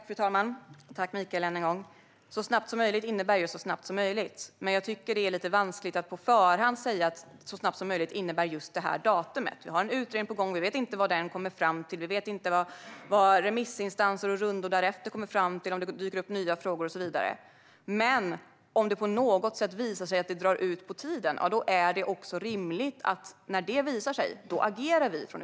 Fru talman! Tack än en gång, Mikael! Så snabbt som möjligt innebär just så snabbt som möjligt. Men det är vanskligt att på förhand säga att det innebär just det datumet. En utredning är på gång. Vi vet inte vad den kommer att komma fram till. Vi vet inte vad remissinstanser och rundor därefter kommer att komma fram till, om det kommer att dyka upp nya frågor och så vidare. Men om det på något sätt visar sig dra ut på tiden är det också rimligt att utskottet agerar.